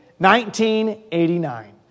1989